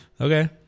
Okay